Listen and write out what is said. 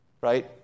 Right